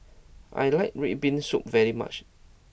I like red bean soup very much